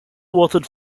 authored